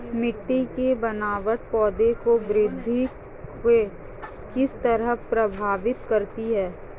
मिटटी की बनावट पौधों की वृद्धि को किस तरह प्रभावित करती है?